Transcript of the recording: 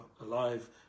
alive